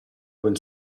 open